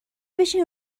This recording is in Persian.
بشین